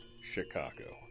Chicago